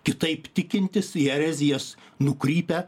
kitaip tikintys į erezijas nukrypę